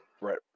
Right